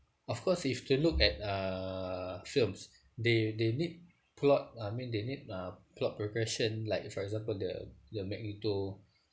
of course if you were to look at uh films they they need plot I mean they need uh plot progression like for example the the magneto